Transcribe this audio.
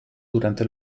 durante